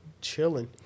chilling